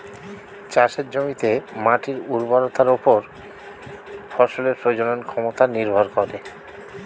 চাষের জমিতে মাটির উর্বরতার উপর ফসলের প্রজনন ক্ষমতা নির্ভর করে